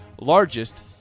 largest